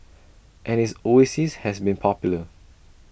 and his oasis has been popular